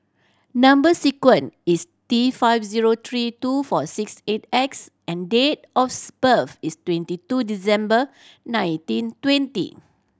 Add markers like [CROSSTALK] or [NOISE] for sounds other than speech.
number sequence is T five zero three two four six eight X and date of [UNINTELLIGIBLE] birth is twenty two December nineteen twenty